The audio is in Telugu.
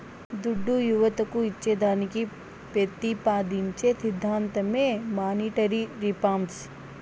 దుడ్డు యువతకు ఇచ్చేదానికి పెతిపాదించే సిద్ధాంతమే మానీటరీ రిఫార్మ్